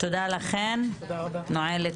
תודה לכן, נועלת את